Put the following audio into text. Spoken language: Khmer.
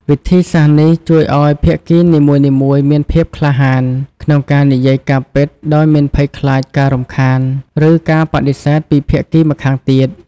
វិធីសាស្រ្តនេះជួយឲ្យភាគីនីមួយៗមានភាពក្លាហានក្នុងការនិយាយការពិតដោយមិនភ័យខ្លាចការរំខាន ឬការបដិសេធពីភាគីម្ខាងទៀត។